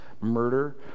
murder